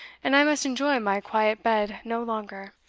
and i must enjoy my quiet bed no longer,